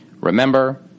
Remember